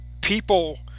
people